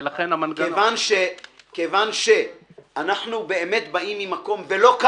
כיוון שאנחנו באמת באים ממקום --- כי